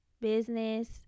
business